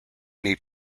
need